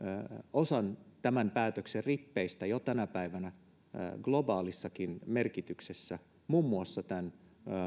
osan tämän päätöksen rippeistä jo tänä päivänä globaalissakin merkityksessä muun muassa tämän